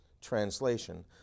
translation